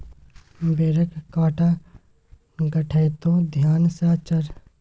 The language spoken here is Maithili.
बेरक कांटा गड़तो ध्यान सँ चढ़